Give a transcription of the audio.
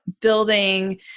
building